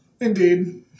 indeed